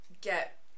get